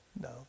No